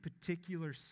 particular